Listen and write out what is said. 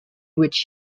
which